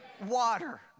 water